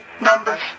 Numbers